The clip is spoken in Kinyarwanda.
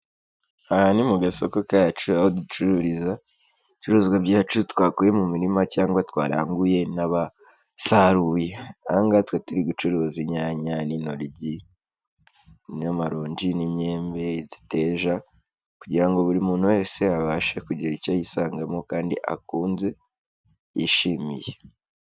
Aha ni mu gasoko kacu aho ducururiza ibicuruzwa byacu twakuye mu mirima cyangwa twaranguye n'abasaruye, aha ngaha twari turi gucuruza inyanya n'intoryi, n'amaronji n'imyembe, uduteja, kugira ngo buri muntu wese abashe kugira icyo yisangamo kandi akunze yishimiye.